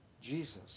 Jesus